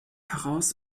heraus